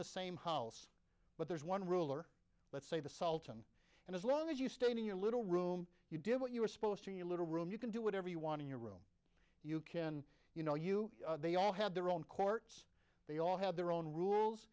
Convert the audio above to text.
the same house but there's one rule or let's say the sultan and as long as you stay to your little room you did what you were supposed to be a little room you can do whatever you want to your room you can you know you they all have their own courts they all have their own rules